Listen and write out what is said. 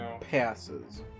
passes